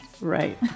Right